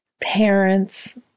parents